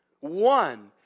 One